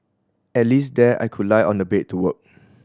at least there I could lie on the bed to work